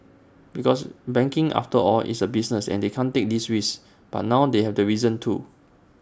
because banking after all is A business they can't take these risks but now they have the reason to